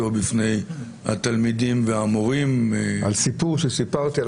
בפני התלמידים והמורים --- על סיפור שסיפרתי על הסבא שלך.